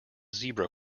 zebra